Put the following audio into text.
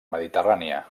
mediterrània